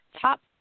top